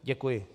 Děkuji.